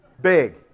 Big